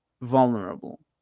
vulnerable